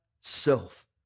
self